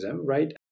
right